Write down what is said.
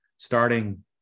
Starting